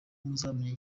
muzamenya